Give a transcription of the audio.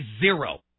zero